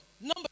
Number